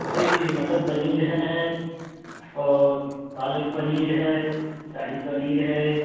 जी जी मटर पनीर है और पालक पनीर है शाही पनीर है